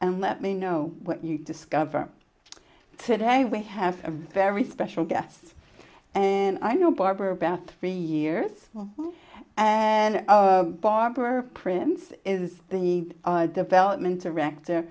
and let me know what you discover today we have a very special guest and i know barbara about three years and barbara prince is the development of reactor